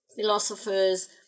philosophers